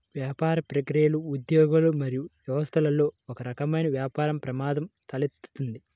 వ్యాపార ప్రక్రియలు, ఉద్యోగులు మరియు వ్యవస్థలలో ఒకరకమైన వ్యాపార ప్రమాదం తలెత్తుతుంది